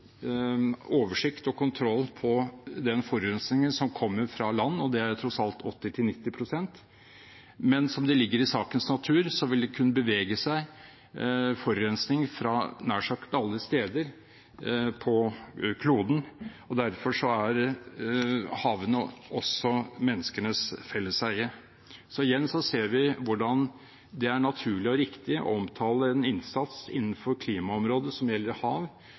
oversikt over og kontroll på den forurensningen som kommer fra land, og det er tross alt 80–90 pst., men som det ligger i sakens natur, vil det kunne bevege seg forurensning fra nær sagt alle steder på kloden, og derfor er havene også menneskenes felleseie. Igjen ser vi hvordan det er naturlig og riktig å omtale en innsats innenfor klimaområdet som gjelder hav,